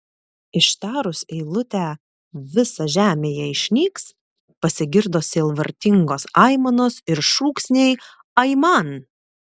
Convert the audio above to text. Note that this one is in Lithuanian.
ištarus eilutę visa žemėje išnyks pasigirdo sielvartingos aimanos ir šūksniai aiman